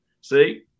See